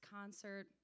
concert